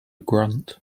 grunt